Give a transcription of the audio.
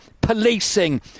policing